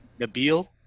Nabil